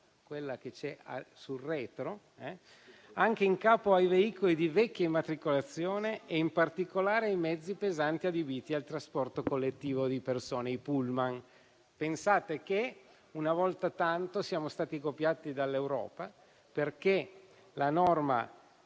quella che c'è sul retro, anche in capo ai veicoli di vecchia immatricolazione e in particolare ai mezzi pesanti adibiti al trasporto collettivo di persone, i pullman. Pensate che, una volta tanto, siamo stati copiati dall'Europa, perché la norma